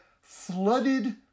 flooded